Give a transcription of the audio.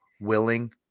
willing